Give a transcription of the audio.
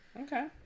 Okay